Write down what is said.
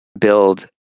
build